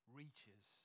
reaches